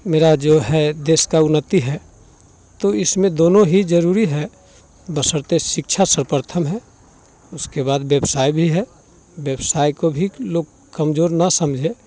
मेरा जो है देश का उन्नति है तो इसमें दोनों ही जरूरी है बशर्ते शिक्षा सवपर्थम है उसके बाद व्यवसाय भी है व्यवसाय को भी लोग कमजोर ना समझें